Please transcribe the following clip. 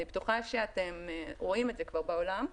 אני בטוחה שאתם רואים את זה כבר בעולם.